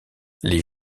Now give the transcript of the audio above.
les